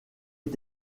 est